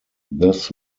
this